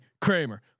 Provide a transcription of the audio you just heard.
Kramer